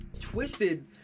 Twisted